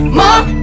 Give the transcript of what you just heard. more